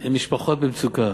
עם משפחות במצוקה,